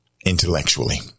intellectually